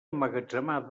emmagatzemar